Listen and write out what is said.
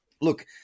Look